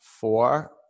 four